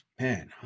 man